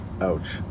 Ouch